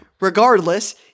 regardless